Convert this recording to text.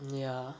ya